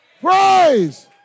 Praise